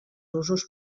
usos